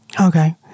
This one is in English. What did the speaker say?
Okay